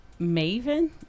maven